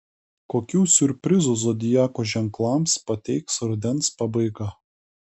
kokių siurprizų zodiako ženklams pateiks rudens pabaiga